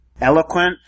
eloquent